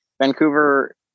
Vancouver